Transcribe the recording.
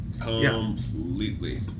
completely